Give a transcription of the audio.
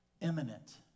imminent